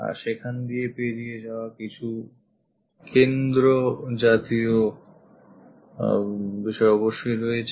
কাজেই সেখান দিয়ে পেরিয়ে যাওয়া কিছু কেন্দ্র জাতীয় বিষয় অবশ্যই রয়েছে